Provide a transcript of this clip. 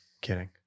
Kidding